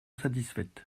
satisfaites